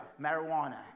marijuana